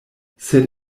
sed